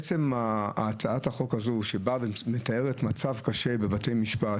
עצם הצעת החוק, שבאה ומתארת מצב קשה בבתי משפט,